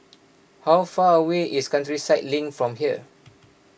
how far away is Countryside Link from here